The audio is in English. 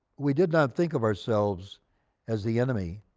we did not think of ourselves as the enemy.